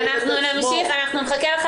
איתך.